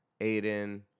Aiden